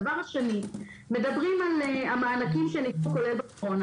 הדבר השני, מדברים על המענקים שניתנו, כולל בצפון.